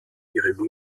ihre